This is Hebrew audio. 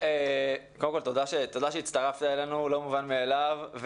תודה שהצטרפת אלינו, לא מובן מאליו.